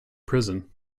prison